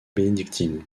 bénédictine